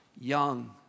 young